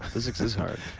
physics is hard.